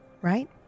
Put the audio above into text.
right